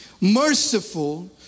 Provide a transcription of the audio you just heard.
merciful